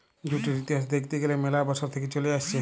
জুটের ইতিহাস দ্যাখতে গ্যালে ম্যালা বসর থেক্যে চলে আসছে